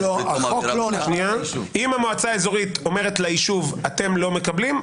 אם המועצה האזורית אומרת ליישוב אתם לא מקבלים,